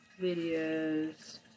videos